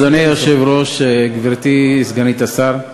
אדוני היושב-ראש, גברתי סגנית השר,